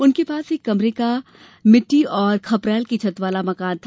उनके पास एक कमरे का मिटटी और खपरैल की छत वाला मकान था